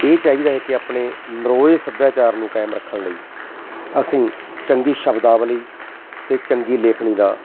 ਇਹ ਚਾਹੀਦਾ ਹੈ ਕਿ ਆਪਣੇ ਨਰੋਏ ਸੱਭਿਆਚਾਰ ਨੂੰ ਕਾਇਮ ਰੱਖਣ ਲਈ ਅਸੀਂ ਚੰਗੀ ਸ਼ਬਦਾਵਲੀ ਅਤੇ ਚੰਗੀ ਲੇਖਣੀ ਦਾ